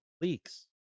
leaks